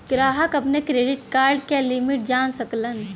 ग्राहक अपने credit card क लिमिट जान सकलन